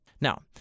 Now